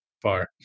Far